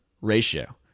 ratio